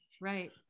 right